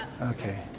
Okay